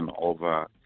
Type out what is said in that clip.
over